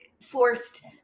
forced